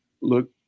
look